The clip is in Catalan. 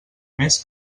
mes